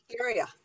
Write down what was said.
area